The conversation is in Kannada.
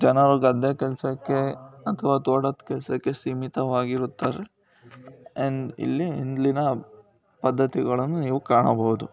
ಜನರು ಗದ್ದೆ ಕೆಲಸಕ್ಕೆ ಅಥವಾ ತೋಟದ ಕೆಲಸಕ್ಕೆ ಸೀಮಿತವಾಗಿರುತ್ತಾರೆ ಎನ್ ಇಲ್ಲಿ ಹಿಂದಿನ ಪದ್ದತಿಗಳನ್ನು ನೀವು ಕಾಣಬಹುದು